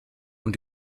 und